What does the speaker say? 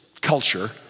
culture